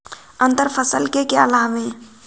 अंतर फसल के क्या लाभ हैं?